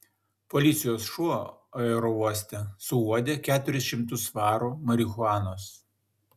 policijos šuo aerouoste suuodė keturis šimtus svarų marihuanos